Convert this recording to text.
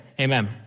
amen